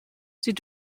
sie